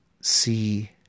see